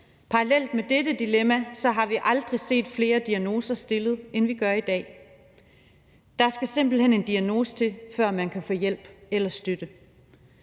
Parallelt med dette dilemma har vi aldrig set flere diagnoser stillet, end vi gør i dag. Der skal simpelt hen en diagnose til, før man kan få hjælp eller støtte.